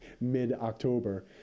mid-October